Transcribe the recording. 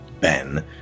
Ben